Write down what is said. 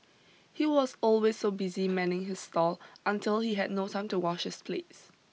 he was always so busy manning his stall until he had no time to wash his plates